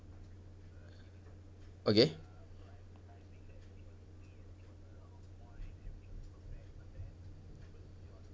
okay